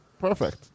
perfect